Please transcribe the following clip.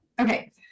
okay